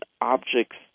objects